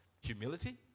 humility